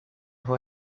who